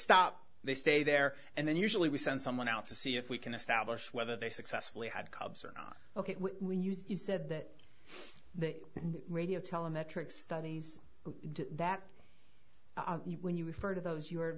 stop they stay there and then usually we send someone out to see if we can establish whether they successfully had cubs or not ok when you said that the radio tell them that trick studies that when you refer to those you